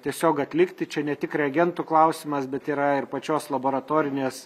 tiesiog atlikti čia ne tik reagentų klausimas bet yra ir pačios laboratorinės